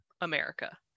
America